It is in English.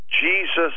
Jesus